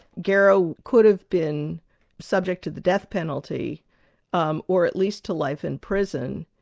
garrow could have been subject to the death penalty um or at least to life in prison,